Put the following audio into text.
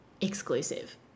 exclusive